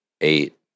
eight